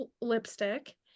lipstick